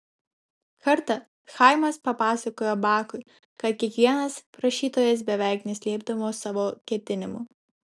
kartą chaimas papasakojo bakui kad kiekvienas prašytojas beveik neslėpdavo savo ketinimų